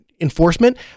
enforcement